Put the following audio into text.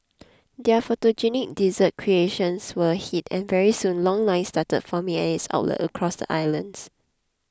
their photogenic dessert creations were a hit and very soon long lines started forming at its outlets across the islands